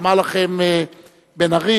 יאמר לכם בן-ארי,